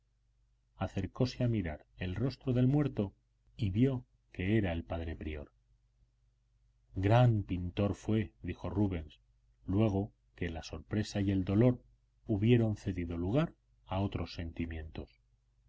acercóse a mirar el rostro del muerto y vio que era el padre prior gran pintor fue dijo rubens luego que la sorpresa y el dolor hubieron cedido lugar a otros sentimientos